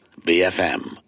BFM